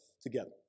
together